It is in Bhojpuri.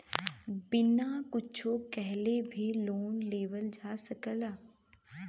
बिना कुच्छो रखले भी लोन लेवल जा सकल जाला